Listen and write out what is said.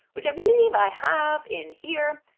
which i believe i have in here.